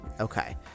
Okay